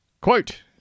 Quote